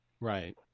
right